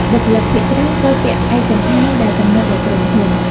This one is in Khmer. បុគ្គលិកភាគច្រើនត្រូវពាក់ឯកសណ្ឋានដែលកំណត់ដោយក្រុមហ៊ុន។